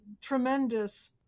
tremendous